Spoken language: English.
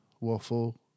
waffle